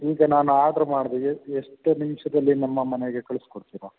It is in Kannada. ಈಗ ನಾನು ಆಡ್ರು ಮಾಡಿದೀವಿ ಎಷ್ಟು ನಿಮಿಷದಲ್ಲಿ ನಮ್ಮ ಮನೆಗೆ ಕಳ್ಸ್ಕೊಡ್ತೀರ